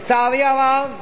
לצערי הרב,